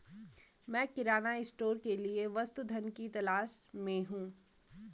मैं किराना स्टोर के लिए वस्तु धन की तलाश में हूं